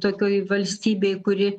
tokioj valstybėj kuri